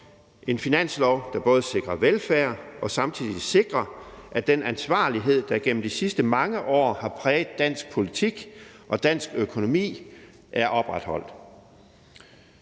en finanslov, der både sikrer velfærd og samtidig sikrer, at den ansvarlighed, der gennem de sidste mange år har præget dansk politik og dansk økonomi, er opretholdt.